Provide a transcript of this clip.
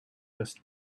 just